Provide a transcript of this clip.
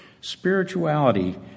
spirituality